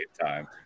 time